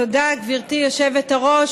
תודה, גברתי היושבת-ראש.